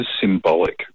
symbolic